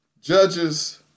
Judges